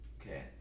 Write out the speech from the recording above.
Okay